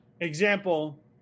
example